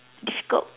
difficult